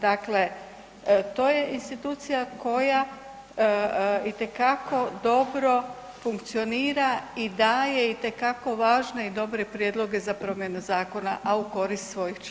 Dakle, to je institucija koja itekako dobro funkcionira i daje itekako važne i dobre prijedloge za promjenu zakona, a u korist svojih članova.